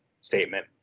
statement